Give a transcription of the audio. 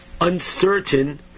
uncertain